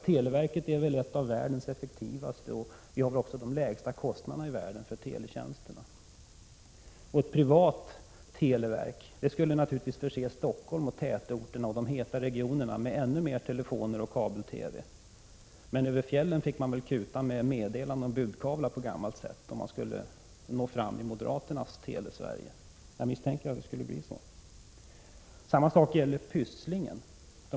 Televerket är ett av världens effektivaste, och vi har väl också de lägsta kostnaderna i världen för teletjänsterna. Ett privat televerk skulle naturligtvis förse Stockholm och tätorterna och de heta regionerna med ännu mer telefoner och kabel-TV, men över fjällen fick man nog kuta med budkavlar på gammalt sätt, om man skulle nå fram i moderaternas Telesverige. Jag misstänker att det skulle bli så. Samma sak gäller Pysslingen.